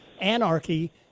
anarchy